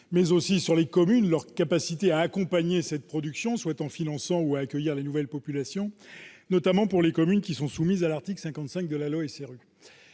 mais aussi sur les communes, leur capacité à accompagner cette production en la finançant, en accueillant les nouvelles populations. Je pense notamment aux communes qui sont soumises à l'article 55 de la loi du